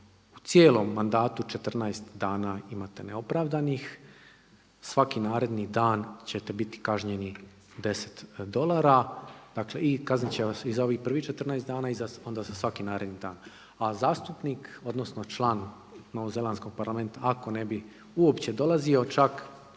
u cijelom mandatu 14 dana imate neopravdanih svaki naredni dan ćete biti kažnjeni 10 dolara. Dakle i kaznit će vas i za ovih prvih 14 dana i onda za svaki naredni dan. A zastupnik, odnosno član Novozelanskog parlamenta ako ne bi uopće dolazio čak